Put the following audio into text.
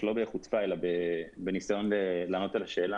לא בחוצפה אלא בניסיון לענות על השאלה.